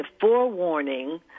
forewarning